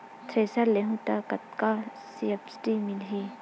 Thresher लेहूं त कतका सब्सिडी मिलही?